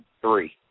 three